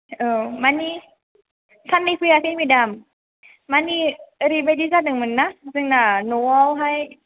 औ माने साननै फैयाखै मेदाम माने ओरैबायदि जादोंमोन ना जोंना न'आवहाय